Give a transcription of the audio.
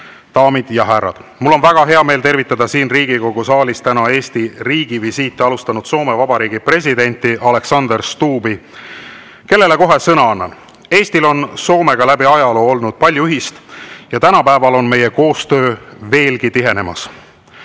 Daamid ja härrad! Mul on väga hea meel tervitada siin Riigikogu saalis täna Eesti riigivisiiti alustanud Soome Vabariigi presidenti Alexander Stubbi, kellele kohe sõna annan. Eestil on Soomega läbi ajaloo olnud palju ühist ja tänapäeval on meie koostöö veelgi tihenemas.